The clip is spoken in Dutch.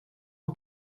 een